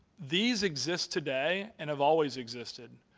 these exist today and have always existed.